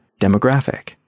demographic